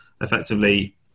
effectively